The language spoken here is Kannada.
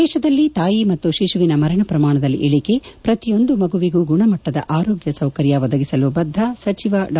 ದೇಶದಲ್ಲಿ ತಾಯಿ ಮತ್ತು ಶಿಶುವಿನ ಮರಣಪ್ರಮಾಣದಲ್ಲಿ ಇಳಕೆ ಪ್ರತಿಯೊಂದು ಮಗುವಿಗೂ ಗುಣಮಟ್ಟದ ಆರೋಗ್ಲ ಸೌಕರ್ಯ ಒದಗಿಸಲು ಬದ್ದ ಸಚಿವ ಡಾ